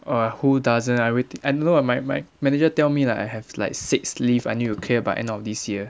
uh who doesn't I wait I don't know ah my my manager tell me like I have like six leave I need to clear by end of this year